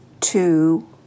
two